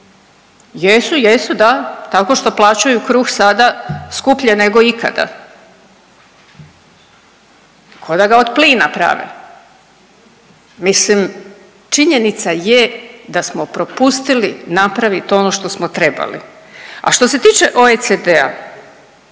jesu da tako što plaćaju kruh sada skuplje nego ikada, koda ga od plina prave. Mislim činjenica je da smo propustili napravit ono što smo trebali. A što se tiče OECD-a